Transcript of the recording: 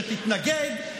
שתתנגד,